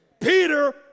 Peter